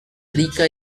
rica